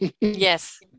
Yes